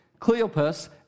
Cleopas